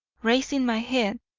raising my head,